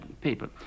people